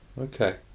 Okay